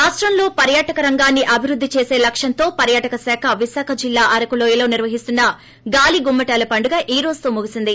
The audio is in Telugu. రాష్టంలో పర్వాటక రంగాన్ని అభివృద్ది చేస లక్ష్యంతో పర్వాటక శాఖ విశాఖ జిల్లా అరకు లోయలో నిర్వహిస్తున్న గాలీ గుమ్మటాల పండుగ ఈ రోజుతో ముగిసింది